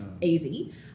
easy